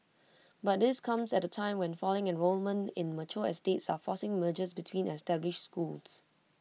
but this comes at A time when falling enrolment in mature estates are forcing mergers between established schools